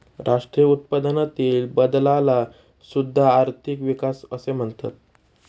राष्ट्रीय उत्पन्नातील बदलाला सुद्धा आर्थिक विकास असे म्हणतात